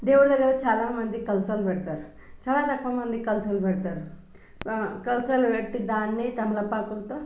దేవుడి దగ్గర చాలామంది కలశాలు పెడతారు చాలా రకం మంది కలశాలు పెడతారు కలశాలు పెట్టి దాన్ని తమలపాకులతో